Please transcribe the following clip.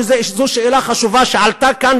כי זו שאלה חשובה שעלתה כאן,